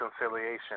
reconciliation